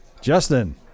Justin